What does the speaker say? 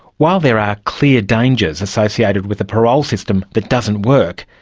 while there are clear dangers associated with a parole system that doesn't work,